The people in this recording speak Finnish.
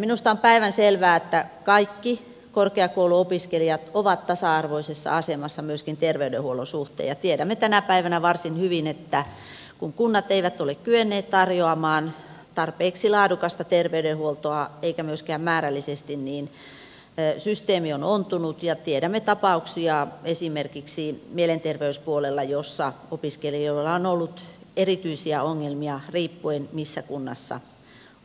minusta on päivänselvää että kaikki korkeakouluopiskelijat ovat tasa arvoisessa asemassa myöskin terveydenhuollon suhteen ja tiedämme tänä päivänä varsin hyvin että kun kunnat eivät ole kyenneet tarjoamaan tarpeeksi laadukasta terveydenhuoltoa eivätkä myöskään määrällisesti systeemi on ontunut ja tiedämme tapauksia esimerkiksi mielenterveyspuolella että opiskelijoilla on ollut erityisiä ongelmia riippuen siitä missä kunnassa